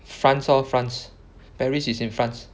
France lor France Paris is in France